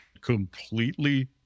Completely